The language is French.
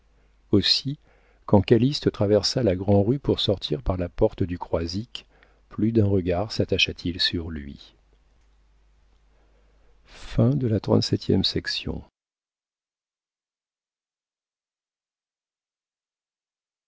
aussi quand calyste traversa la grand'rue pour sortir par la porte du croisic plus d'un regard sattacha t il sur lui